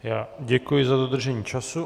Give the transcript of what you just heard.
Já děkuji za dodržení času.